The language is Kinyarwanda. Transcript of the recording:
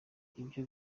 ibyo